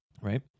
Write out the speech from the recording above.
right